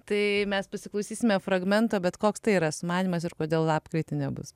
tai mes pasiklausysime fragmentą bet koks tai yra sumanymas ir kodėl lapkritį nebus